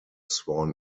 sworn